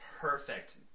Perfect